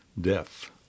death